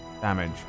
damage